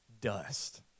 Dust